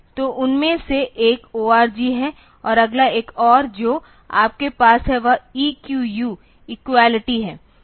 तो उनमें से एक ORG है और अगला एक और जो आपके पास है वह EQU इक्वलिटी है